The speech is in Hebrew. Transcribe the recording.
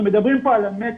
אנחנו מדברים פה על המצ'ינג.